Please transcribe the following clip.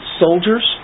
soldiers